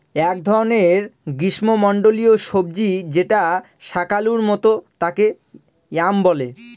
এক ধরনের গ্রীস্মমন্ডলীয় সবজি যেটা শাকালুর মত তাকে য়াম বলে